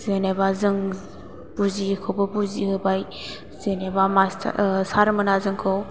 जेनोबा जों बुजियैखौबो बुजि होबाय जेनोबा सारमोना जोंखौ